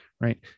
right